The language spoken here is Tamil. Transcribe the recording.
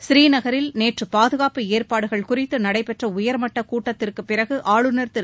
ஸ்ரீநகரில் நேற்று பாதுகாப்பு ஏற்பாடுகள் குறித்து நடைபெற்ற உயர்மட்டக் கூட்டத்திற்கு பிறகு ஆளுநர் திரு